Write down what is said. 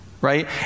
right